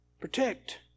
Protect